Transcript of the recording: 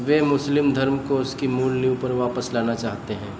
वे मुस्लिम धर्म को उसकी मूल नीव पर वापस लाना चाहते हैं